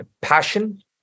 passion